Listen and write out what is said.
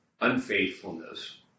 unfaithfulness